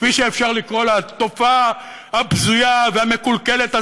כפי שאפשר לקרוא לתופעה הבזויה והמקולקלת הזאת.